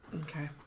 Okay